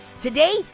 Today